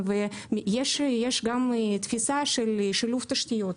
יש גם תפיסה של שילוב תשתיות.